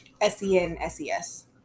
S-E-N-S-E-S